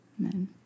Amen